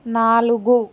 నాలుగు